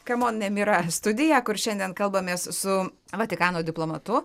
kamon nemira studiją kur šiandien kalbamės su vatikano diplomatu